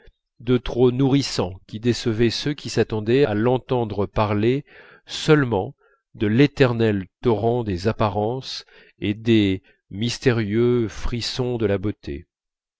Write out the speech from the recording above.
de trop nourrissant qui décevait ceux qui s'attendaient à l'entendre parler seulement de l'éternel torrent des apparences et des mystérieux frissons de la beauté